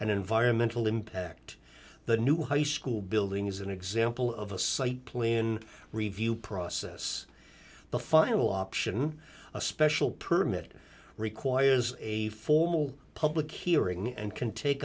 and environmental impact the new high school building is an example of a site plan review process the final option a special permit requires a formal public hearing and can take